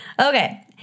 Okay